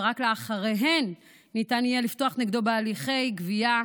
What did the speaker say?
ורק אחריהם ניתן יהיה לפתוח נגדו בהליכי גבייה,